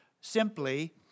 simply